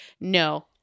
no